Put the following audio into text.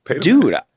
Dude